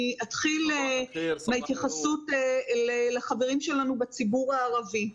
אני אתחיל בהתייחסות לחברים שלנו בציבור הערבי.